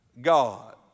God